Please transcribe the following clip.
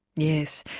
yes,